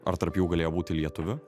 ar tarp jų galėjo būti lietuvių